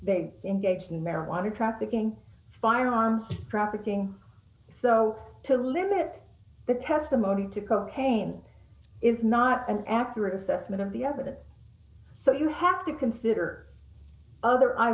they engaged in marijuana trafficking firearms trafficking so to limit the testimony to cocaine is not an accurate assessment of the evidence so you have to consider other